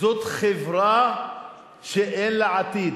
חברה שאין לה עתיד,